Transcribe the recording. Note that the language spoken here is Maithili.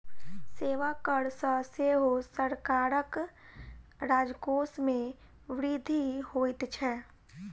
सेवा कर सॅ सेहो सरकारक राजकोष मे वृद्धि होइत छै